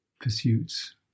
pursuits